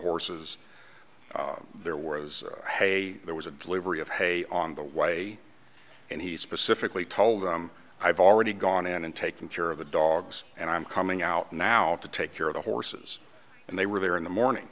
horses there were was hay there was a delivery of hay on the way and he specifically told them i've already gone in and taken care of the dogs and i'm coming out now to take care of the horses and they were there in the morning